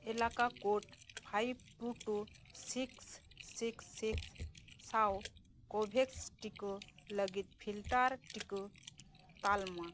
ᱮᱞᱟᱠᱟ code five two two six six six ᱥᱟᱶ Covovax ᱴᱤᱠᱟᱹ ᱞᱟᱹᱜᱤᱫ ᱯᱷᱤᱞᱴᱟᱨ ᱴᱤᱠᱟᱹ ᱛᱟᱞᱢᱟ